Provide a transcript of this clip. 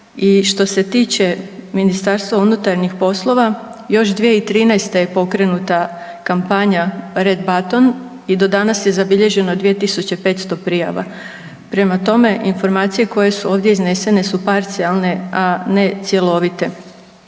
I što se tiče MUP-a još 2013. je pokrenuta kampanja „Red Button“ i do danas je zabilježeno 2500 prijava. Prema tome, informacije koje su ovdje iznesene su parcijalne, a ne cjelovite.